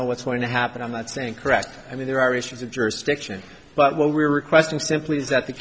know what's going to happen i'm not saying correct i mean there are issues of jurisdiction but what we're requesting simply is that the